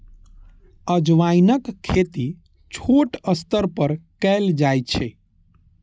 अजवाइनक खेती छोट स्तर पर कैल जाइ छै